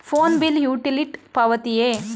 Phone bill utility ಪಾವತಿಯೇ?